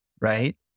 right